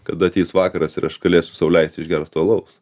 kada ateis vakaras ir aš galėsiu sau leist išgert alaus